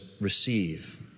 Receive